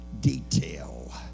detail